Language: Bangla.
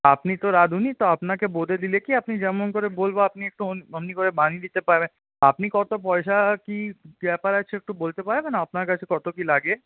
আপনি তো রাঁধুনি তো আপনাকে বলে দিলে কী আপনি যেমন করে বলব আপনি একটু অমনি করে বানিয়ে দিতে পারবেন আপনি কত পয়সা কী ব্যাপার আছে একটু বলতে পারবেন আপনার কাছে কত কী লাগে